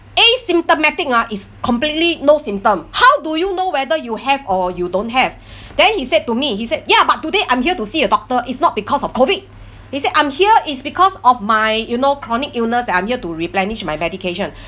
asymptomatic ah is completely no symptom how do you know whether you have or you don't have then he said to me he said ya but today I'm here to see a doctor is not because of COVID he said I'm here is because of my you know chronic illness that I'm here to replenish my medication